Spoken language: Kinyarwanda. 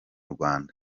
rwanda